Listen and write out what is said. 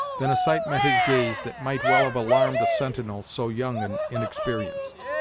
than a sight met his gaze that might well have alarmed a sentinel so young and inexperienced.